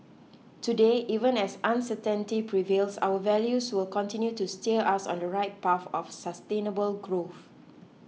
today even as uncertainty prevails our values will continue to steer us on the right path of sustainable growth